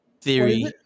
theory